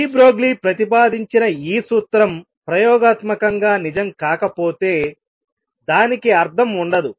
D Broglie ప్రతిపాదించిన ఈ సూత్రం ప్రయోగాత్మకంగా నిజం కాకపోతే దానికి అర్థం ఉండదు